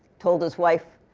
told his wife,